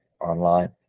online